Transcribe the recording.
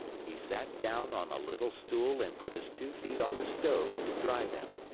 he sat down on a little stool and put his two feet on the stove to dry them.